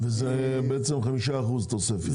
זה 5% תוספת.